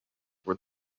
were